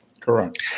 Correct